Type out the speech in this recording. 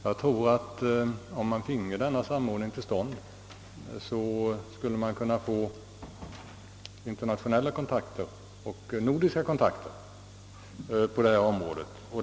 Jag tror att om man finge denna samordning till stånd, skulle man kunna få internationella och nordiska kontakter på detta område.